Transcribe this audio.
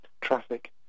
traffic